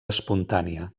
espontània